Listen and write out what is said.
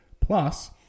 plus